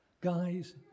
Guys